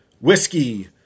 whiskey